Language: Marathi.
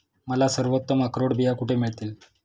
मला सर्वोत्तम अक्रोड बिया कुठे मिळतील